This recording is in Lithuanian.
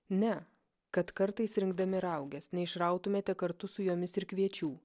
ne kad kartais rinkdami rauges neišrautumėte kartu su jomis ir kviečių